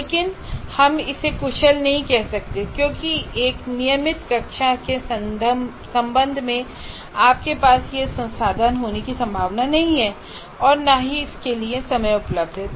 लेकिन हम इसे कुशल नहीं कह सकते क्योंकि एक नियमित कक्षा के संबंध में आपके पास यह संसाधन होने की संभावना नहीं है और न ही इसके लिए समय उपलब्ध है